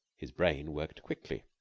his brain worked quickly.